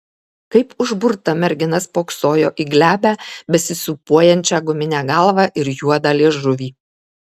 kaip užburta mergina spoksojo į glebią besisūpuojančią guminę galvą ir juodą liežuvį